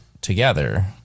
together